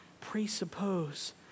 presuppose